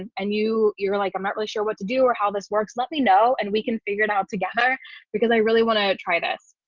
and and you you're like i'm not really sure what to do or how this works, let me know and we can figure it out together because i really want to try this.